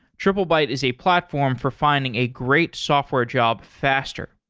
triplebyte is a platform for finding a great software job faster.